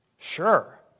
Sure